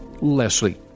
Leslie